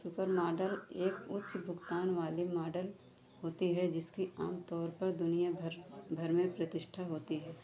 supermodel एक उच्च भुगतान वाली मॉडल होती है जिसकी आम तौर पर दुनिया भर भर में प्रतिष्ठा होती है